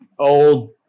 Old